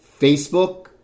Facebook